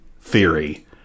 theory